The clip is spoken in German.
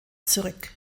zurück